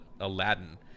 Aladdin